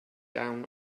down